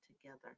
together